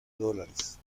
dólares